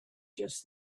just